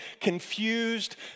confused